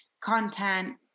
content